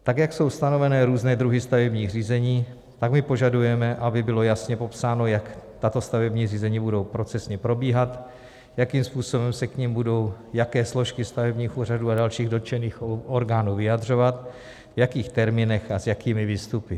Tak jak jsou stanovené různé druhy stavebních řízení, tak my požadujeme, aby bylo jasně popsáno, jak tato stavební řízení budou procesně probíhat, jakým způsobem se k nim budou jaké složky stavebních úřadů a dalších dotčených orgánů vyjadřovat, v jakých termínech a s jakými výstupy.